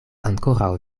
ankoraŭ